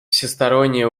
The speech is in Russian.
всестороннее